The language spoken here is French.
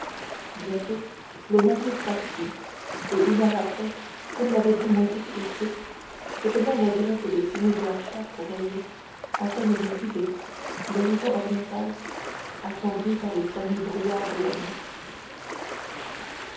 bientôt le navire partit et une heure après comme l'avait dit monte cristo cette même aigrette de fumée blanchâtre rayait à peine visible l'horizon oriental assombri par les premiers brouillards de la nuit